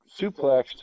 suplexed